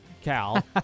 Cal